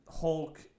Hulk